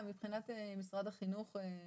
מבחינת משרד החינוך.